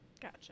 gotcha